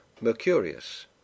Mercurius